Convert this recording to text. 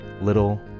little